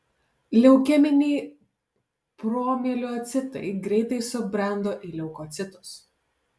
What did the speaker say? leukeminiai promielocitai greitai subrendo į leukocitus